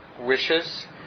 wishes